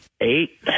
eight